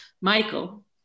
Michael